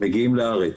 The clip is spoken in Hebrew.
מגיעים לארץ.